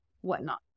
whatnot